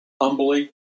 humbly